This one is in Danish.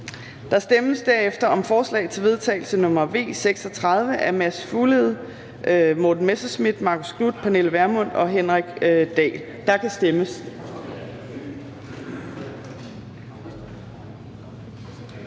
Der stemmes derefter om forslag til vedtagelse nr. V 36 af Mads Fuglede (V), Morten Messerschmidt (DF), Marcus Knuth (KF), Pernille Vermund (NB) og Henrik Dahl (LA). Der kan stemmes.